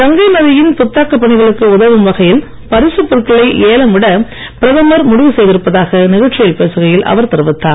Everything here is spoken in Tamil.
கங்கை நதியின் புத்தாக்கப் பணிகளுக்கு உதவும் வகையில் பரிசுப் பொருட்களை ஏலம் விட பிரதமர் முடிவு செய்திருப்பதாக நிகழ்ச்சியில் பேசுகையில் அவர் தெரிவித்தார்